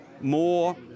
more